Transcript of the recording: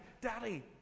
Daddy